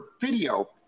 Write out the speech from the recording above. video